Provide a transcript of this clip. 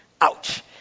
Ouch